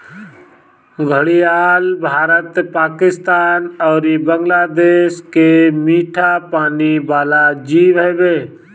घड़ियाल भारत, पाकिस्तान अउरी बांग्लादेश के मीठा पानी वाला जीव हवे